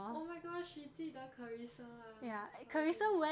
oh my gosh she 记得 carrissa ah okay